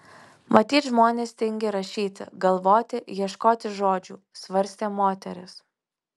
matyt žmonės tingi rašyti galvoti ieškoti žodžių svarstė moteris